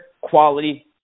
quality